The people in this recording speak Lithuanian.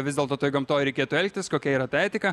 vis dėlto toj gamtoj reikėtų elgtis kokia yra ta etika